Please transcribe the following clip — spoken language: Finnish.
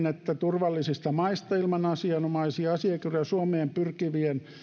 että turvallisista maista ilman asianomaisia asiakirjoja suomeen pyrkivien